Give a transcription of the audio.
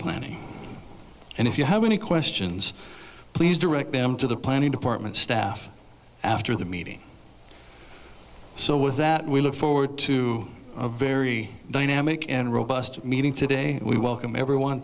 planning and if you have any questions please direct them to the planning department staff after the meeting so with that we look forward to a very dynamic and robust meeting today we welcome everyone